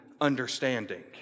understanding